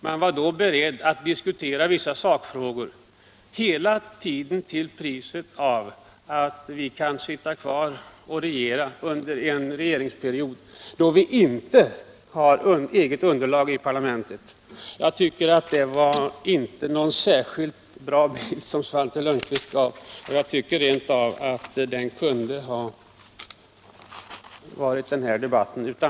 Man var då beredd att diskutera vissa sakfrågor för att få sitta kvar och regera under en mandatperiod då man inte hade eget underlag i parlamentet. Jag tycker att det inte var någon särskilt bra bild som Svante Lundkvist gav. Jag tycker rent av att debatten kunde ha varit den förutan.